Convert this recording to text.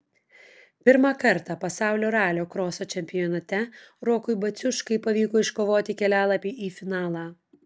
pirmą kartą pasaulio ralio kroso čempionate rokui baciuškai pavyko iškovoti kelialapį į finalą